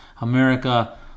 America